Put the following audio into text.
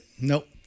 Nope